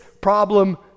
problem